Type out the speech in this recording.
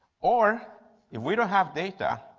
or if we don't have data,